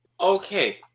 Okay